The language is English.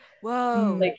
Whoa